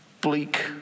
bleak